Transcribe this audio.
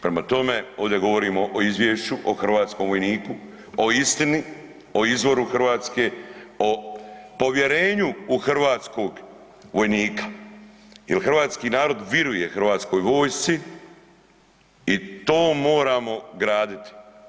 Prema tome, ovdje govorimo o izvješću o hrvatskom vojniku, o istini, o izvoru Hrvatske, o povjerenju u hrvatskog vojnika jer hrvatski narod vjeruje hrvatskoj vojsci i to moramo graditi.